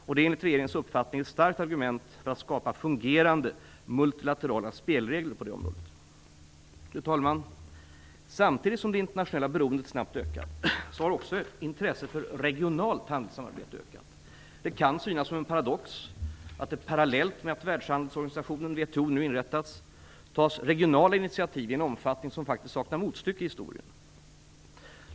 Det är enligt regeringens uppfattning ett starkt argument för att skapa fungerande multilaterala spelregler på detta område. Fru talman! Samtidigt som det internationella beroendet ökar snabbt har också intresset för regionalt handelssamarbete ökat. Det kan synas som en paradox att det parallellt med att Världshandelsorganisationen WTO nu inrättats tas regionala initiativ i en omfattning som faktiskt saknar motstycke i historien.